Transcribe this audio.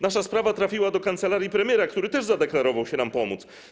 Nasza sprawa trafiła do kancelarii premiera, który też zadeklarował się nam pomóc.